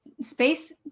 space